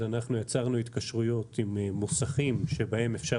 אז יצרנו התקשרויות עם מוסכים שבהם אפשר